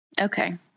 Okay